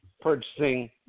purchasing